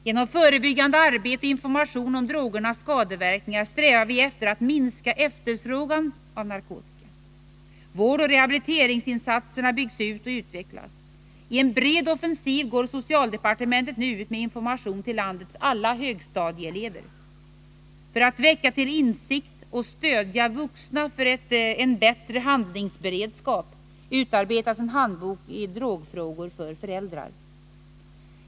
Genom förebyggande arbete och information om drogernas skadeverkningar strävar vi efter att minska efterfrågan av narkotika. Vårdoch rehabiliteringsinsatserna byggs ut och utvecklas. I en bred offensiv går socialdepartementet nu ut med information till landets alla högstadieelever. För att väcka till insikt och stödja vuxna för en bättre handlingsberedskap utarbetas en handbok i drogfrågor för föräldrar.